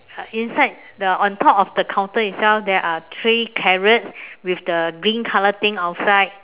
inside the on top of the counter itself there are three carrots with the green color thing outside